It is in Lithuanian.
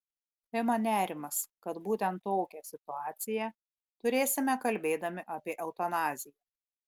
ima nerimas kad būtent tokią situaciją turėsime kalbėdami apie eutanaziją